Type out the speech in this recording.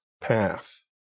path